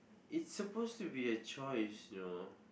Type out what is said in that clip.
it's supposed to be a choice you know